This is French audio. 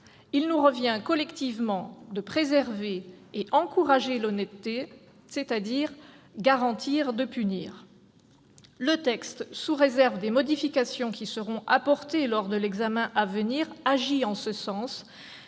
Il nous revient collectivement de préserver et d'encourager l'honnêteté, c'est-à-dire garantir de punir. Le texte, sous réserve des modifications qui seront apportées lors de son examen à venir, agit en ce sens.